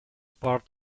part